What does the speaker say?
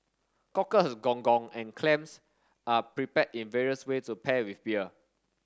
cockles gong gong and clams are prepared in various way to pair with beer